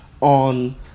on